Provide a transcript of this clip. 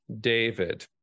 David